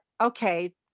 okay